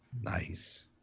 Nice